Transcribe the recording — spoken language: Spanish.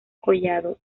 collado